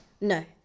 No